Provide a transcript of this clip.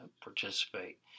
participate